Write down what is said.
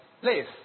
place